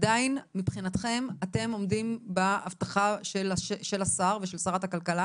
עדיין מבחינתכם אתם עומדים בהבטחה של השר ושל שרת הכלכלה